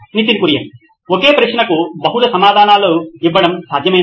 Nitin Kurian COO నోయిన్ electronics ఒకే ప్రశ్నకు బహుళ సమాధానాలు ఇవ్వడం సాధ్యమేనా